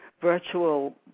virtual